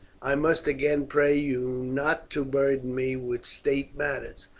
i must again pray you not to burden me with state matters.